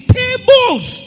tables